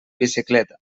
bicicleta